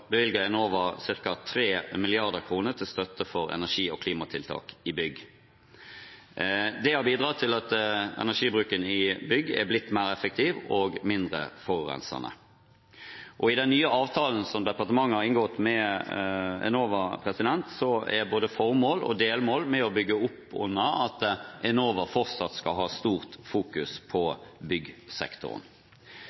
til støtte for energi- og klimatiltak i bygg. Det har bidratt til at energibruken i bygg er blitt mer effektiv og mindre forurensende, og i den nye avtalen som departementet har inngått med Enova, er både formål og delmål med på å bygge opp under at Enova fortsatt skal ha stort fokus på